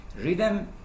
Rhythm